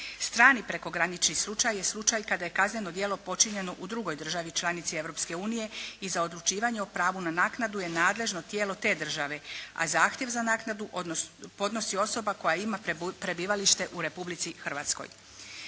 Strani prekogranični slučaj je slučaj kada je kazneno djelo počinjeno u drugoj državi članici Europske unije i za odlučivanje o pravu na naknadu je nadležno tijelo te države, a zahtjev za naknadu podnosi osoba koja ima prebivalište u Republici Hrvatskoj.